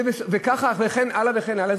וכן הלאה וכן הלאה.